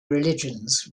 religions